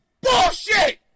bullshit